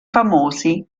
famosi